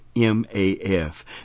M-A-F